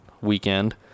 weekend